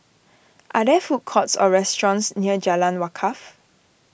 are there food courts or restaurants near Jalan Wakaff